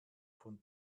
von